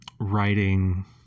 writing